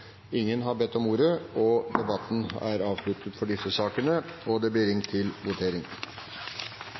Ingen har bedt om ordet til sakene nr. 12–14. Etter at det var ringt til votering,